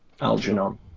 Algernon